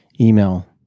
email